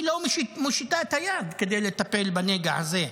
היא לא מושיטה את היד כדי לטפל בנגע הזה,